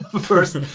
first